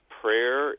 prayer